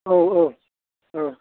औ औ औ